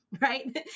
right